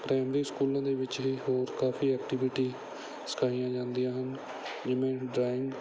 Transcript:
primary ਸਕੂਲਾਂ ਦੇ ਵਿੱਚ ਹੀ ਹੋਰ ਕਾਫੀ ਐਕਟੀਵਿਟੀ ਸਿਖਾਈਆਂ ਜਾਂਦੀਆਂ ਹਨ ਜਿਵੇਂ ਡਰਾਇੰਗ